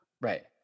right